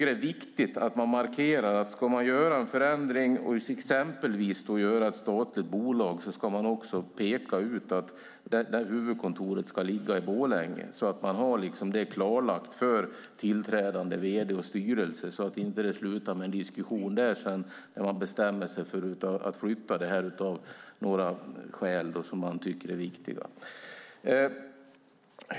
Det är viktigt att markera att om man ska göra en förändring och exempelvis göra ett statligt bolag, då ska man också peka ut att huvudkontoret ska ligga i Borlänge, så att det är klarlagt för tillträdande vd och styrelse och det inte slutar med en diskussion där de bestämmer sig för att flytta av några skäl som de tycker är viktiga.